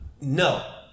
No